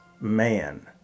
man